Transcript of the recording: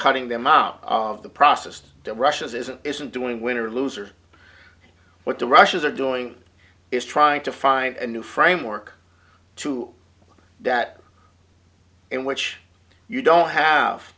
cutting them up of the process that russia's isn't isn't doing winner loser what the russians are doing is trying to find a new framework to that in which you don't have